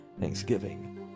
Thanksgiving